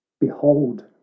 behold